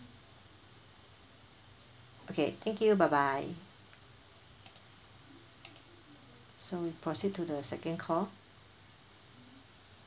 okay thank you bye bye so we proceed to the second call